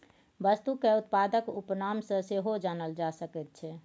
वस्तुकेँ उत्पादक उपनाम सँ सेहो जानल जा सकैत छै